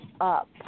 up